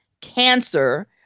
cancer